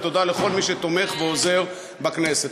ותודה לכל מי שתומך ועוזר בכנסת.